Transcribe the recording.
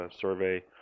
survey